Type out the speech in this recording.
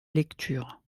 lecture